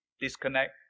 disconnect